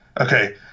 Okay